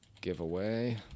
giveaway